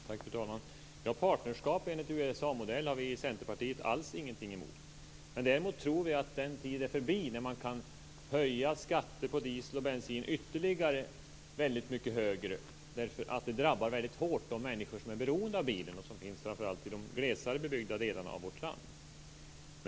Fru talman! Partnerskap enligt USA-modell har vi i Centerpartiet alls ingenting emot. Däremot tror vi att den tid är förbi när man kunde höja skatter på diesel och bensin ytterligare väldigt mycket. Det drabbar de människor mycket hårt som är beroende av bilen och som framför allt finns i de glesare bebyggda delarna av vårt land.